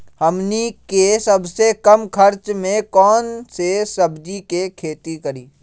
हमनी के सबसे कम खर्च में कौन से सब्जी के खेती करी?